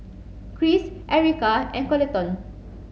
Kris Ericka and Coleton